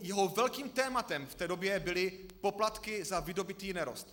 Jeho velkým tématem v té době byly poplatky za vydobytý nerost.